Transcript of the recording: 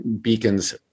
beacons